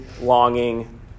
longing